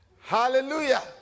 hallelujah